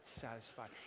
satisfied